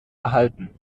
erhalten